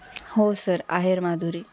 हो सर आहेर माधुरी